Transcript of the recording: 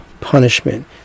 punishment